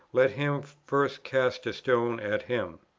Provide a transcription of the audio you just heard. let him first cast a stone at him.